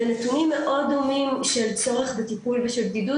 ונתונים מאוד דומים של צורך בטיפול ושל בדידות,